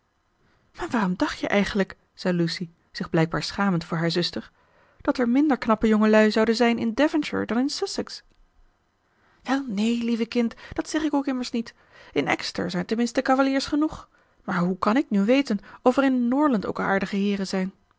waarom dacht je eigenlijk zei lucy zich blijkbaar schamend voor haar zuster dat er minder knappe jongelui zouden zijn in devonshire dan in sussex welneen lieve kind dat zeg ik ook immers niet in exeter zijn tenminste cavaliers genoeg maar hoe kan ik nu weten of er in norland ook aardige heeren zijn